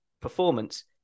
performance